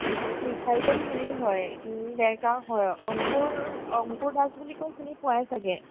টিচাৰজন হেৰি হয় ডেৰগাঁওৰ হয় অংকুৰ অংকুৰ দাস বুলি কৈ চিনি পোৱাই চাগে